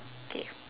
K